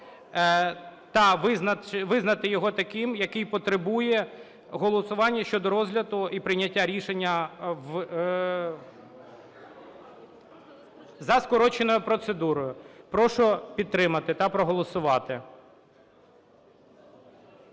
та визнати його таким, який потребує голосування щодо розгляду і прийняття рішення, за скороченою процедурою. Прошу підтримати та проголосувати.